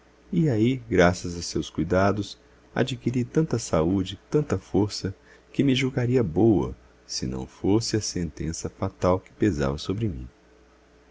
e aí graças a seus cuidados adquiri tanta saúde tanta força que me julgaria boa se não fosse a sentença fatal que pesava sobre mim